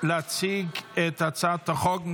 התשפ"ה 2024,